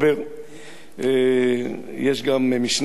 יש גם משנה בפרקי אבות שאומרת,